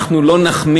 אנחנו לא נחמיר.